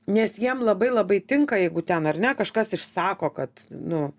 nes jiem labai labai tinka jeigu ten ar ne kažkas išsako kad nu